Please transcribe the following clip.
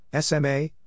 SMA